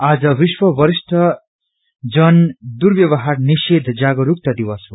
आज विश्व वरिष्ठ जन दुर्व्यवहार निषेध जागरूकता दिवस हो